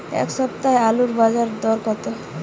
এ সপ্তাহে আলুর বাজার দর কত?